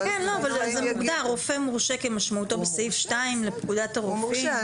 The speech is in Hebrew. רופא מורשה כמשמעותו בסעיף 2 לפקודת הרופאים...